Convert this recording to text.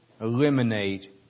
eliminate